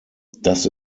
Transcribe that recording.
das